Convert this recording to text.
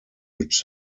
which